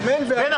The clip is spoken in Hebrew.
אמן ואמן.